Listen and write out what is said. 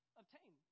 obtain